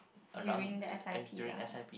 during the S_I_P lah